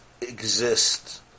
exist